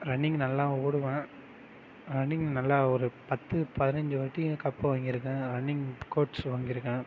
running நல்லா ஓடுவேன் running நல்லா ஒரு பத்து பதினஞ்சு வாட்டி கப்பு வாங்கியிருக்கேன் ரன்னிங் கோச் வாங்கியிருக்கேன்